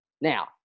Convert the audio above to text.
Now